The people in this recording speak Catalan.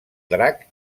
drac